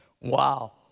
Wow